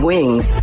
Wings